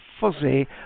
fuzzy